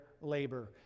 labor